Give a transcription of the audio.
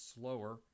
slower